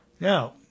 Now